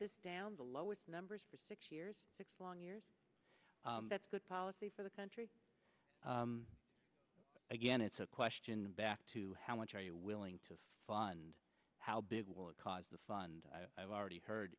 this down to lower numbers for six years six long years that's good policy for the country again it's a question back to how much are you willing to fund how big will it cause the fund i've already heard